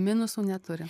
minusų neturi